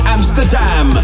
Amsterdam